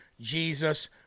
Jesus